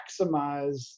maximize